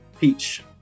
Peach